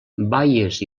baies